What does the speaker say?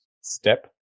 step